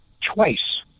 twice